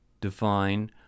define